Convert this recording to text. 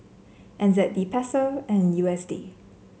N Z D Peso and U S D